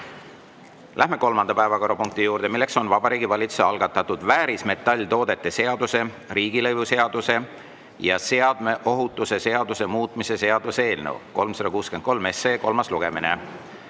Läheme kolmanda päevakorrapunkti juurde: Vabariigi Valitsuse algatatud väärismetalltoodete seaduse, riigilõivuseaduse ja seadme ohutuse seaduse muutmise seaduse eelnõu 363 kolmas lugemine.